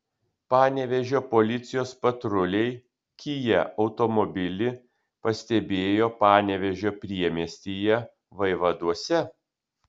panevėžio policijos patruliai kia automobilį pastebėjo panevėžio priemiestyje vaivaduose